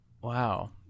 Wow